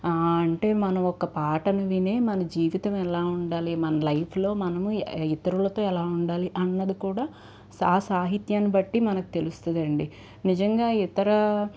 అంటే మనం ఒక పాటను విని మన జీవితం ఎలా ఉండాలి మన లైఫ్లో మనము ఇతరులకు ఎలా ఉండాలి అన్నది కూడా సా సాహిత్యాన్ని బట్టి మనకి తెలుస్తుందండి నిజంగా ఇతర